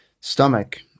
stomach